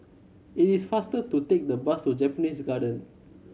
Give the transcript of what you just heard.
it is faster to take the bus to Japanese Garden